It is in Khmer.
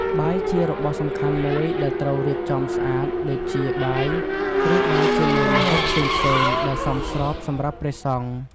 បាយជារបស់សំខាន់មួយដែលត្រូវរៀបចំស្អាត ដូចជា បាយ ឬបាយជាមួយម្ហូបផ្សេងៗដែលសមស្របសម្រាប់ព្រះសង្ឃ ។